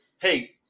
Hey